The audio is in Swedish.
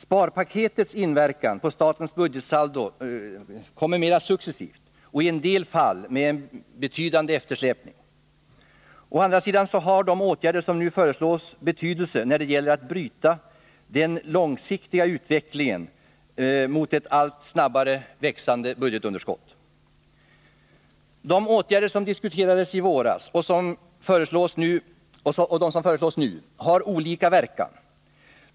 Sparpaketet inverkar på statens budgetsaldo endast successivt och i en del fall med betydande eftersläpningar. Å andra sidan har de åtgärder som nu föreslås betydelse när det gäller att bryta den långsiktiga utvecklingen mot ett allt snabbare växande budgetunderskott. De åtgärder som diskuterades i våras och de som föreslås nu har olika verkan.